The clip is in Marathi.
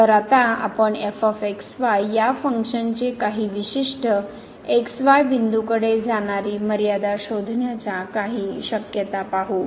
तर आता आपण या फंक्शनची काही विशिष्ट x y बिंदूकडे जाणारी मर्यादा शोधण्याच्या काही शक्यता पाहू